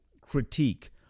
critique